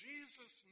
Jesus